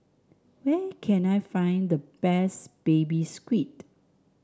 where can I find the best Baby Squid